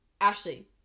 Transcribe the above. Ashley